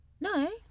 No